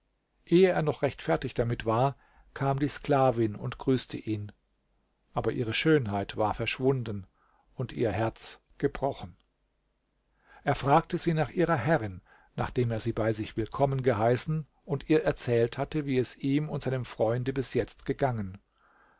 ehe er noch recht fertig damit war kam die sklavin und grüßte ihn aber ihre schönheit war verschwunden und ihr herz gebrochen er fragte sie nach ihrer herrin nachdem er sie bei sich willkommen geheißen und ihr erzählt hatte wie es ihm und seinem freunde bis jetzt gegangen